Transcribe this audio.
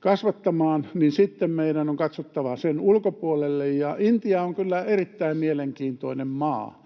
kasvattamaan, niin sitten meidän on katsottava sen ulkopuolelle, niin Intia on kyllä erittäin mielenkiintoinen maa.